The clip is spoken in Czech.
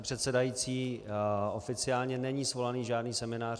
Pane předsedající, oficiálně není svolaný žádný seminář.